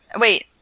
Wait